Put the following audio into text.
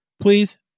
please